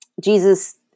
Jesus